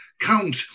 count